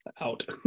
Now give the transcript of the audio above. out